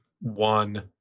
one